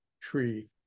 tree